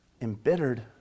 Embittered